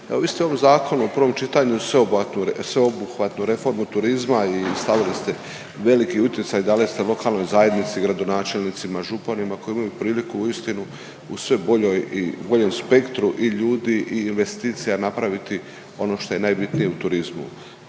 evo vi ste u ovom zakonu u prvom čitanju sveobuhvatnu reformu turizma i stavili ste veliki utjecaj dali ste lokalnoj zajednici gradonačelnicima, županima koji imaju priliku uistinu u sve boljoj, boljem spektru i ljudi i investicija napraviti ono što je najbitnije u turizmu.